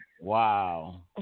wow